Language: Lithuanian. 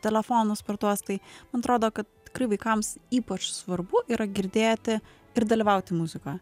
telefonų spartos tai atrodo kad vaikams ypač svarbu yra girdėti ir dalyvauti muzikoje